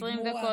20 דקות.